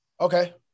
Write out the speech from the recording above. Okay